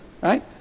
Right